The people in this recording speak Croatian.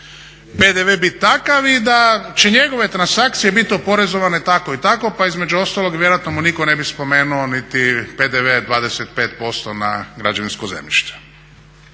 PDV biti takav i da će njegove transakcije biti oporezovane tako i tako pa između ostalog i vjerojatno mu niko ne bi spomenuo niti PDV od 25% na građevinsko zemljište.